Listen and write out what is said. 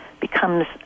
becomes